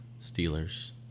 Steelers